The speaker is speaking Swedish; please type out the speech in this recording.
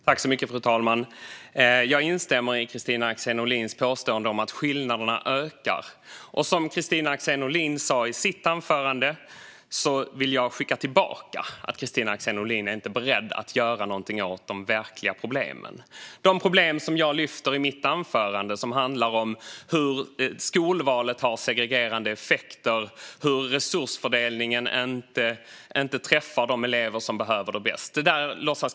Fru talman! Jag instämmer i Kristina Axén Olins påstående att skillnaderna ökar. Som svar på vad Kristina Axén Olin sa i sitt anförande vill jag skicka tillbaka att Kristina Axén Olin inte är beredd att göra någonting åt de verkliga problemen, de problem som jag lyfte i mitt anförande och som handlar om hur skolvalet har segregerande effekter och hur resursfördelningen inte träffar de elever som behöver resurserna bäst.